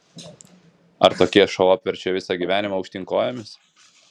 ar tokie šou apverčia visą gyvenimą aukštyn kojomis